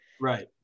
Right